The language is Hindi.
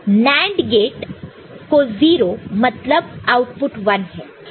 तो NAND गेट को 0 मतलब आउटपुट 1 है